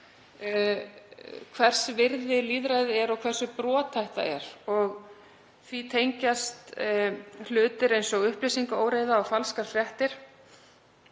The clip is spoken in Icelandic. hvers virði það er og hversu brothætt það er. Því tengjast hlutir eins og upplýsingaóreiða og falskar fréttir